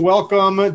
Welcome